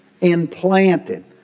implanted